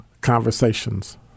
conversations